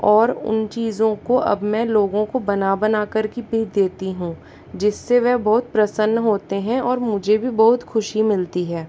और उन चीज़ों को अब मैं लोगों को बना बना कर के भी देती हूँ जिससे वह बहुत प्रसन्न होते हैं और मुझे भी बहुत खुशी मिलती है